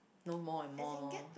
no more and more